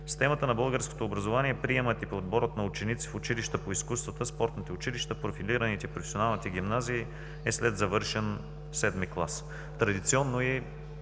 системата на българското образование приемът и подборът на ученици в училища по изкуствата, спортните училища, профилираните и професионалните гимназии е след завършен VII клас. Традиционно и